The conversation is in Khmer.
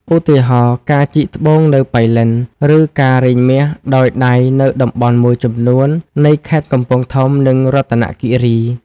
ឧទាហរណ៍ ការជីកត្បូងនៅប៉ៃលិន ឬការរែងមាសដោយដៃនៅតំបន់មួយចំនួននៃខេត្តកំពង់ធំ និងរតនគិរី។